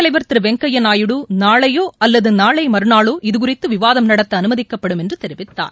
தலைவர் திருவெங்கய்யாநாயுடு நாளையோஅல்லதுநாளைமறுநாளோ இதுகுறித்துவிவாதம் அவைத் நடத்தஅனுமதிக்கப்படும் என்றுதெரிவித்தார்